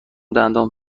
دندان